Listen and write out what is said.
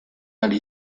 ari